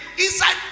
inside